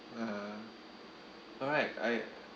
ah alright I